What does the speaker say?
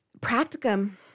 practicum